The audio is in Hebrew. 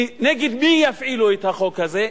נגד מי יפעילו את החוק הזה?